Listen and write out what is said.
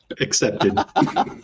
accepted